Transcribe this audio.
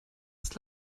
ist